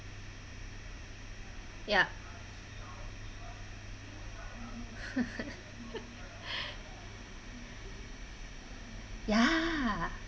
ya ya